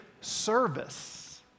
service